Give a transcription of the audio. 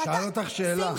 הוא שאל אותך שאלה.